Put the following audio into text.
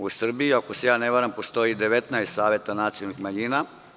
U Srbiji, ako se ne varam, postoji 19 saveta nacionalnih manjina.